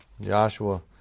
Joshua